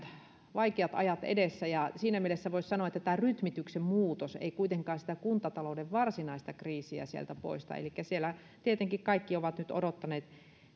vaikeat ajat edessä siinä mielessä voisi sanoa että tämä rytmityksen muutos ei kuitenkaan sitä kuntatalouden varsinaista kriisiä sieltä poista elikkä siellä tietenkin kaikki ovat nyt odottaneet